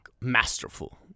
masterful